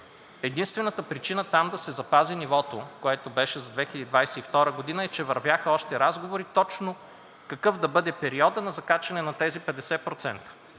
Единствената причина там да се запази нивото, което беше за 2022 г., е, че вървяха още разговори – точно какъв да бъде периодът на закачане на тези 50%.